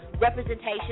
representation